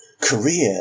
career